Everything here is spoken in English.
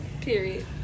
Period